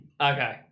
Okay